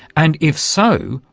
and, if so,